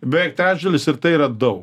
beveik trečdalis ir tai yra daug